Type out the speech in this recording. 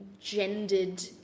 gendered